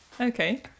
Okay